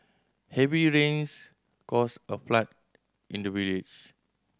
heavy rains caused a flood in the village